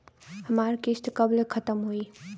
हमार किस्त कब ले खतम होई?